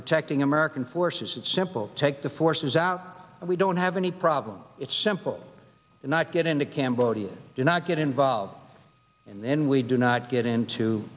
protecting american forces and simple take the forces out we don't have any problem it's simple to not get into cambodia do not get involved and then we do not get into